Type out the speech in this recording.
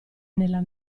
nella